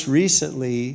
recently